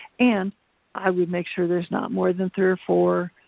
and i would make sure there's not more than three or four